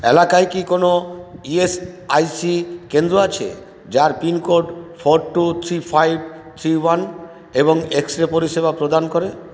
এলাকায় কি কোনও ইএসআইসি কেন্দ্র আছে যার pin code four two three five three one এবং এক্সরে পরিষেবা প্রদান করে